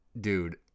dude